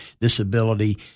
disability